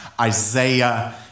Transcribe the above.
Isaiah